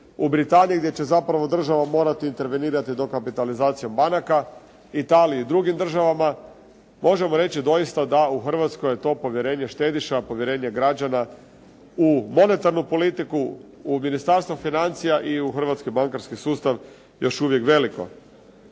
Britaniji gdje će zapravo država morati intervenirati dokapitalizacijom banaka, Italiji i drugim državama. Možemo reći doista da u Hrvatskoj je to povjerenje štediša, povjerenje građana u monetarnu politiku, u Ministarstvo financija i u hrvatski bankarski sustav još uvijek veliko.